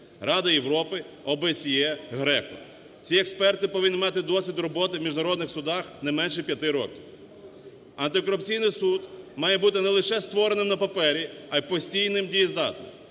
Рада Європи, ОБСЄ, ГРЕКО. Ці експерти повинні мати досвід роботи в міжнародних судах не менше 5 роки. Антикорупційний суд має бути не лише створеним на папері, а й постійним, дієздатним.